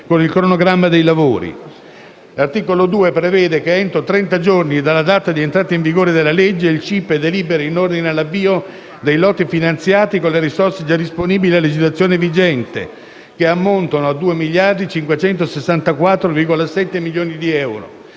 con il cronoprogramma dei lavori. L'articolo 2 prevede che entro 30 giorni dalla data di entrata in vigore della legge, il CIPE deliberi in ordine all'avvio dei lotti finanziati con le risorse già disponibili a legislazione vigente, che ammontano a 2.564,7 milioni di euro.